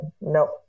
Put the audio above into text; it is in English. nope